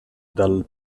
dal